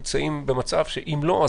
אנחנו נמצאים במצב שאם לא,